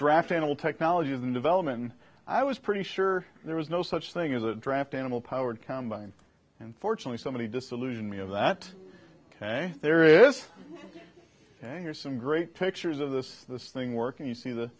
draft animal technologies and development and i was pretty sure there was no such thing as a draft animal powered combine and fortunately somebody disillusioned me of that ok there is some great pictures of this this thing work and you see the